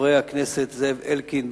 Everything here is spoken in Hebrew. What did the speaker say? חברי הכנסת זאב אלקין,